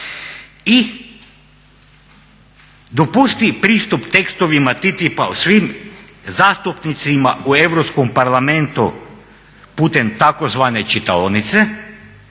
"I dopusti pristup tekstovima TTIP-a o svim zastupnicima u Europskom parlamentu putem tzv. čitaonice"